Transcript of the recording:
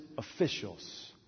Officials